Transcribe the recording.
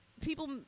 people